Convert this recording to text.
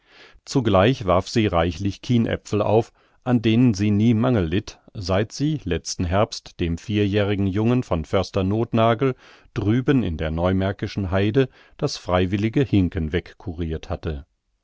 zugleich warf sie reichlich kienäpfel auf an denen sie nie mangel litt seit sie letzten herbst dem vierjährigen jungen von förster nothnagel drüben in der neumärkischen haide das freiwillige hinken wegkurirt hatte